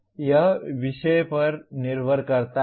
यह विषय पर निर्भर करता है